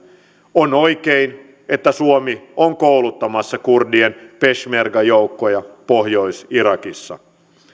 on oikein että suomi on kouluttamassa kurdien peshmerga joukkoja pohjois irakissa